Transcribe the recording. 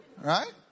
Right